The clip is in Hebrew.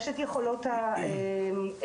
יש את יכולות התמיכה,